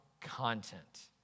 content